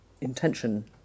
intention